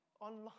online